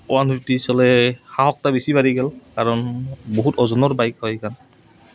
one fifty চলে সাহসটো বেছি বাঢ়ি গ'ল কাৰণ বহুত ওজনৰ বাইক হয় সেইখন